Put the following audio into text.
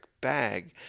bag